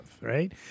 right